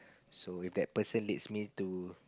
so if that person leads me to